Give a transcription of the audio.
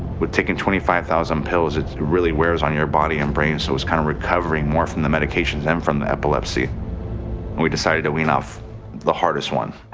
with taking twenty five thousand pills, it really wears on your body and brain, so it was kinda recovering more from the medication than from the epilepsy. and we decided to wean off the hardest one